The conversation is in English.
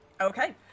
okay